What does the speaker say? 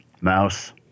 Mouse